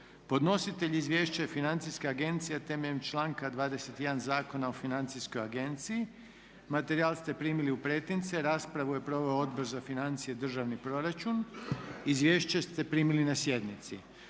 Podnositelj izvješća je Financijska agencija temeljem članka 21. Zakona o Financijskoj agenciji. Materijal ste primili u pretince. Raspravu je proveo Odbor za financije, državni proračun. Izvješće ste primili na sjednici.